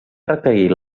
requerir